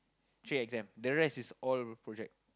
three exam the rest is all project